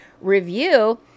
review